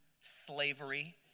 slavery